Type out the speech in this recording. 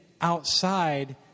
outside